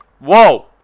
whoa